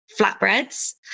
flatbreads